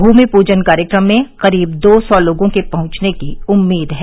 भूमि पूजन कार्यक्रम में करीब दो सौ लोगों के पहुंचने की उम्मीद है